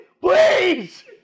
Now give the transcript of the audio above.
Please